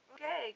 Okay